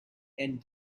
and